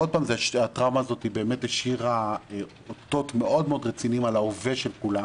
הטראומה האת באמת השאירה אותות רציניים מאוד על ההווה של כולם.